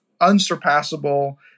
unsurpassable